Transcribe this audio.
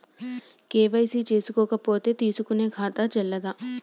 KYC చేసుకోకపోతే తీసుకునే ఖాతా చెల్లదా?